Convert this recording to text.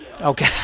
okay